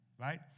Right